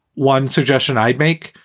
one suggestion i'd make,